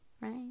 Right